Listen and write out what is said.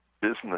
business